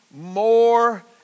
more